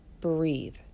breathe